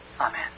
Amen